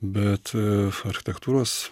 bet ee architektūros